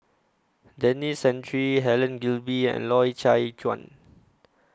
Denis Santry Helen Gilbey and Loy Chye Chuan